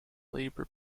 labour